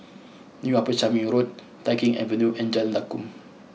new Upper Changi Road Tai Keng Avenue and Jalan Lakum